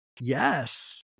yes